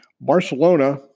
Barcelona